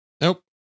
Nope